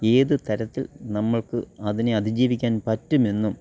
ഏത് തരത്തിൽ നമ്മൾക്ക് അതിനെ അതിജീവിക്കാൻ പറ്റും എന്നും